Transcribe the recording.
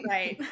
Right